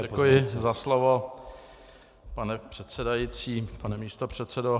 Děkuji za slovo, pane předsedající, pane místopředsedo.